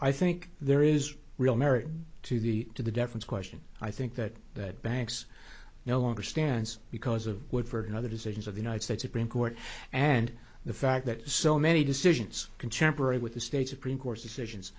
i think there is real merit to the to the deference question i think that that banks no longer stands because of what for and other decisions of the united states supreme court and the fact that so many decisions contemporary with the state supreme court decisions